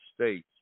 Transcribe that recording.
States